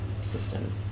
system